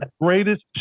greatest